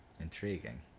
Intriguing